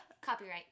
Copyright